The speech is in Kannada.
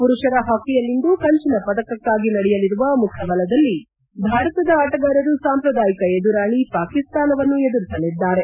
ಮರುಷರ ಪಾಕಿಯಲ್ಲಿಂದು ಕಂಚಿನ ಪದಕಕ್ಕಾಗಿ ನಡೆಯಲಿರುವ ಮುಖಾಬಲದಲ್ಲಿ ಭಾರತದ ಆಟಗಾರರು ಸಾಂಪ್ರದಾಯಿಕ ಎದುರಾಳಿ ಪಾಕಿಸ್ತಾನವನ್ನು ಎದುರಿಸಲಿದ್ದಾರೆ